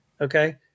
okay